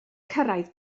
cyrraedd